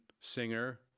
singer